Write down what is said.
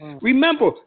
Remember